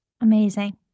Amazing